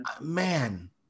Man